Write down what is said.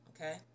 okay